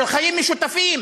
של חיים משותפים.